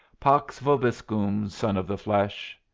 pax vobiscum, son of the flesh.